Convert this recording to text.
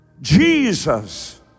Jesus